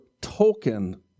token